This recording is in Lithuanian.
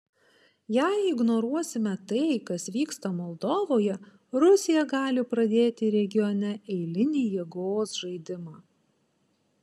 jei ignoruosime tai kas vyksta moldovoje rusija gali pradėti regione eilinį jėgos žaidimą